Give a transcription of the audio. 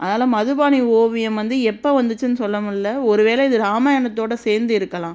அதனால் மதுபானி ஓவியம் வந்து எப்போ வந்துச்சுன்னு சொல்ல முடியல்ல ஒரு வேளை இது ராமாயணத்தோடு சேர்ந்து இருக்கலாம்